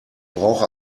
brauche